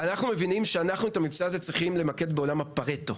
אנחנו מבינים שאת המבצע הזה אנחנו צריכים למקד בעולם הפארטו,